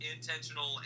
intentional